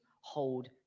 hold